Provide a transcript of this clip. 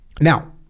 Now